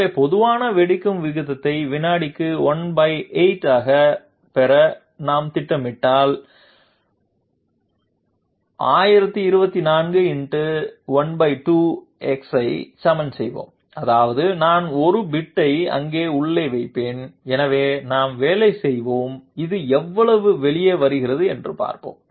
எனவே மெதுவான வெடிக்கும் வீதத்தை வினாடிக்கு 18 ஆக பெற நாங்கள் திட்டமிட்டால் 1024×12x ஐ சமன் செய்வோம் அதாவது நான் ஒரு 1 பிட்டை அங்கே உள்ளே வைப்பேன் எனவே நாம் வேலை செய்வோம் அது எவ்வளவு வெளியே வருகிறது என்று பார்ப்போம்